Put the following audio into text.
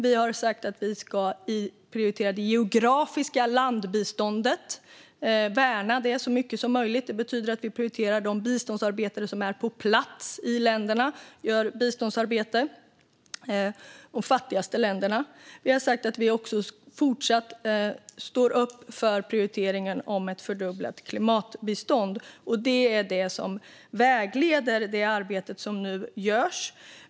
Vi har sagt att vi ska prioritera och värna det geografiska landbiståndet så mycket som möjligt. Det betyder att vi prioriterar de biståndsarbetare som är på plats i de fattigaste länderna. Vi har sagt att vi fortsätter att stå upp för prioriteringen om ett fördubblat klimatbistånd. Det är det som vägleder det arbete som nu görs.